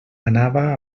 anava